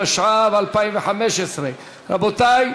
התשע"ו 2015. רבותי,